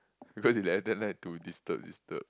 because they every time like to disturb disturb